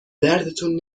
دردتون